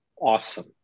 awesome